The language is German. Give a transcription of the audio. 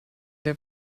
der